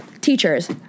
Teachers